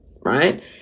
Right